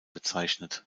bezeichnet